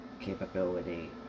capability